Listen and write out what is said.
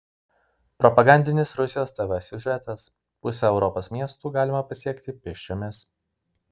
propagandinis rusijos tv siužetas pusę europos miestų galime pasiekti pėsčiomis